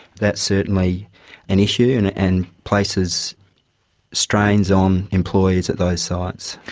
that's certainly an issue and and places strains on employees at those sites.